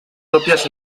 propias